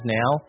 now